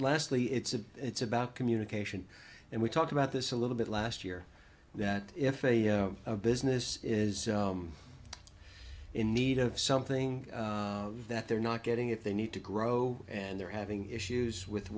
lastly it's a it's about communication and we talked about this a little bit last year that if a you know a business is in need of something that they're not getting if they need to grow and they're having issues with